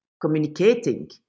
communicating